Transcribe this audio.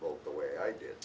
vote the way i did